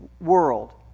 world